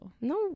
No